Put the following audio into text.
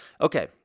Okay